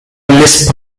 lisp